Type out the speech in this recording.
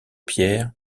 pierre